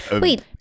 Wait